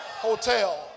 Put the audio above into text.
hotel